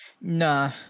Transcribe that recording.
Nah